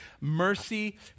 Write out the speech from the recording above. Mercy